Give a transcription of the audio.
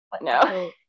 No